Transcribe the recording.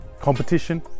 Competition